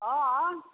हँ